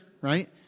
right